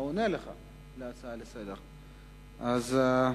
העונה לך להצעה לסדר-היום.